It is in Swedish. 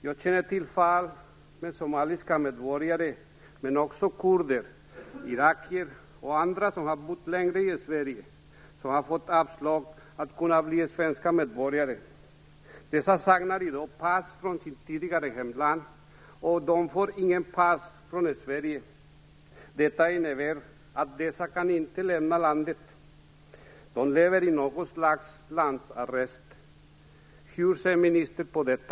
Jag känner till fall där somaliska medborgare, men också kurder, irakier och andra som bott en längre tid i Sverige, fått avslag på sin ansökan om att bli svenska medborgare. Dessa människor saknar i dag pass från sitt tidigare hemland och får inget pass från Sverige. Det innebär att de inte kan lämna landet. De lever i ett slags landsarrest. Hur ser ministern på detta?